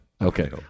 Okay